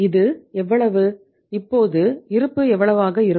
இது எவ்வளவு இப்போது இருப்பு எவ்வளவாக இருக்கும்